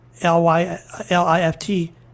L-Y-L-I-F-T